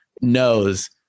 knows